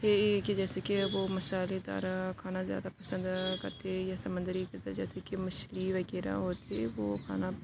یہ کہ جیسے وہ مسالے دار کھانا زیادہ پسند کرتے یا سمندری غذا جیسے کہ مچھلی وغیرہ ہوتی ہے وہ کھانا